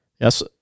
Yes